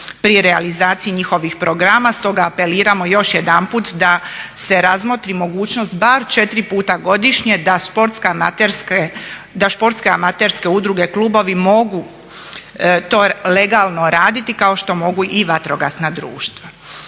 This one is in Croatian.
pri realizaciji njihovih programa. Stoga apeliramo još jedanput da se razmotri mogućnost bar 4 puta godišnje da sportske amaterske udruge, klubovi mogu to legalno raditi kao što mogu i vatrogasna društva.